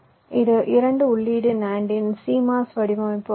இது இரண்டு உள்ளீட்டு NAND இன் CMOS வடிவமைப்பு ஆகும்